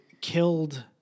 killed